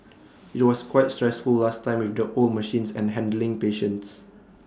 IT was quite stressful last time with the old machines and handling patients